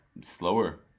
slower